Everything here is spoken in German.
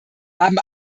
haben